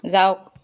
যাওক